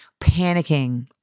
panicking